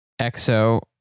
Exo